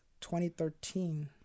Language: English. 2013